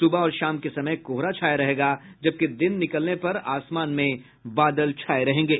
सुबह और शाम के समय कोहरा छाया रहेगा जबकि दिन निकलने पर आसमान में बादल छाये रहेंगे